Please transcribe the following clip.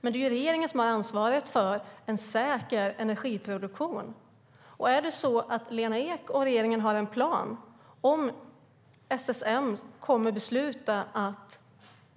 Men det är regeringen som har ansvaret för en säker energiproduktion. Är det så att Lena Ek och regeringen har en plan? Om SSM beslutar att